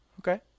Okay